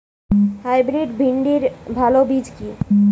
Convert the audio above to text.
Hybrid ভিন্ডির ভালো বীজ কি?